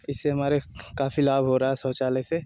इससे हमारे काफी लाभ हो रहा है शौचालय से